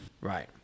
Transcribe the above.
Right